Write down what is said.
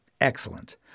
excellent